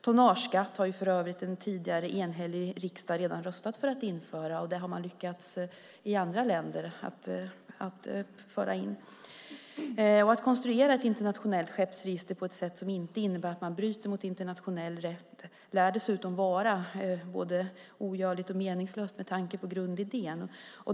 Tonnageskatt har för övrigt en enhällig riksdag redan tidigare röstat för att införa, och det har man lyckats införa i andra länder. Att konstruera ett internationellt skeppsregister på ett sätt som inte innebär att man bryter mot internationell rätt lär dessutom vara både ogörligt och meningslöst med tanke på grundidén.